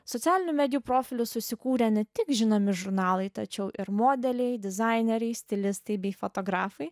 socialinių medijų profilius susikūrę ne tik žinomi žurnalai tačiau ir modeliai dizaineriai stilistai bei fotografai